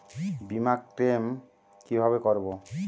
বিমা ক্লেম কিভাবে করব?